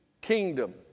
kingdom